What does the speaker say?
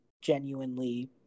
genuinely